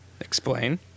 Explain